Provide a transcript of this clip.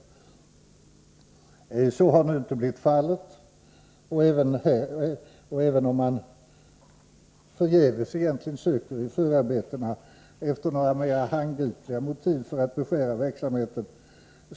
Så har emellertid inte blivit fallet. Man får förgäves söka i förarbetenaefter några mer handgripliga motiv för att beskära verksamheten.